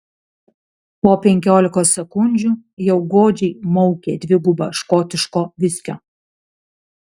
po penkiolikos sekundžių jau godžiai maukė dvigubą škotiško viskio